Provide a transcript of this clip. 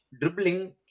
dribbling